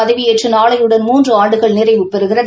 பதவியேற்று நாளையுடன் மூன்று ஆண்டுகள் நிறைவு பெறுகிறது